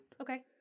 Okay